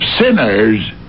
Sinners